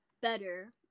better